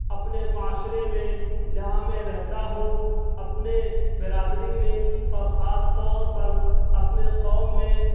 اپنے معاشرے میں جہاں میں رہتا ہوں اپنے برادری میں اور خاص طور پر اپنے قوم میں